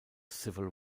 civil